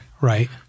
Right